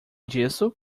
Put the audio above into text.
disso